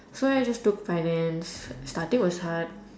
so I just took finance starting was hard